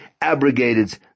abrogated